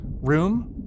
room